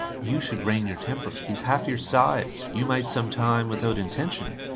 you should rein your temper. he is half your size you might some time, without intention,